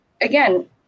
again